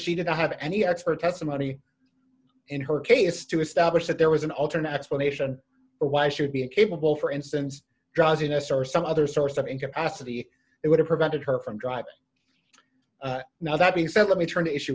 she didn't have any expert testimony in her case to establish that there was an alternate explanation for why should be a capable for instance drowsiness or some other source of incapacity it would have prevented her from driving now that being said let me turn to issue